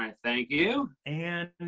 and thank you. and.